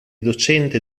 docente